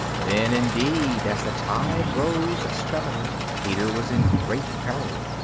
then indeed, as the tide rose steadily, peter was in great peril.